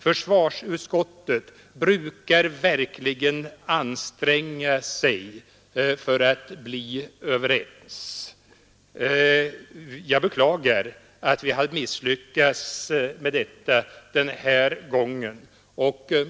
Försvarsutskottet brukar verkligen anstränga sig för att bli enigt. Jag beklagar att vi har misslyckats med detta den här gången.